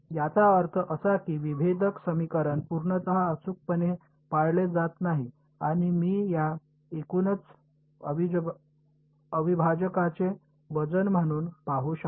याचा अर्थ असा की विभेदक समीकरण पूर्णतः अचूकपणे पाळले जात नाही आणि मी या एकूणच अविभाजकाचे वजन म्हणून पाहू शकतो